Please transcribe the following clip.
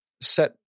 set